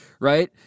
right